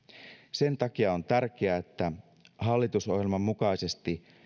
sen takia on tärkeää että hallitusohjelman mukaisesti